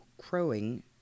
crowing